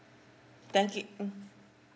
thank you mm